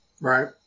Right